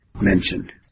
mentioned